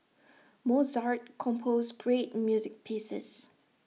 Mozart composed great music pieces